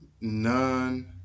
none